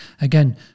Again